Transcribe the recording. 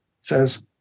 says